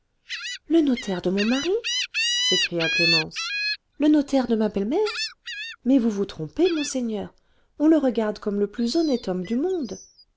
le notaire de mon mari s'écria clémence le notaire de ma belle-mère mais vous vous trompez monseigneur on le regarde comme le plus honnête homme du monde